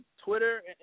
Twitter